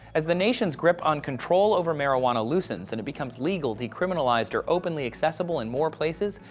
as the nation's grip on control over marijuana loosens and it becomes legal, decriminalized, or openly accessible in more places,